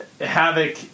havoc